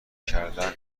کردن